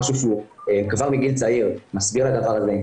משהו שהוא כבר מגיל צעיר מסביר את הדבר הזה,